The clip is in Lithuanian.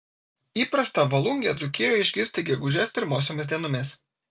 įprasta volungę dzūkijoje išgirsti gegužės pirmosiomis dienomis